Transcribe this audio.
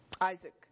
Isaac